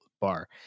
bar